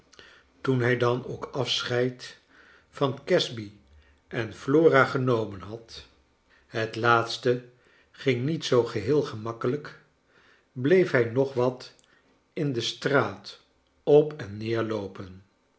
toen hij dan ook afscheid van casby en flora genomen had het laatste ging niet zoo heel gemakkelijk bleef hij nog wat in de straat op en